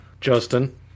Justin